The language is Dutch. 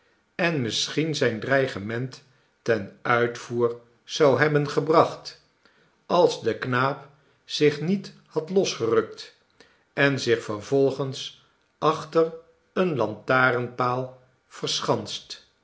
en misschien zijn dreigement ten uitvoer zou hebben gebracht als de knaap zich niet had losgerukt en zich vervolgens achter een lantaarnpaal verschanst